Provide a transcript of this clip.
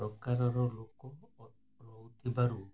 ପ୍ରକାରର ଲୋକ ରହୁଥିବାରୁ